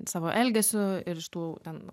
savo elgesiu ir iš tų ten